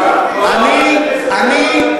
אני,